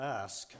ask